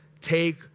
take